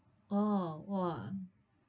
oh !wah!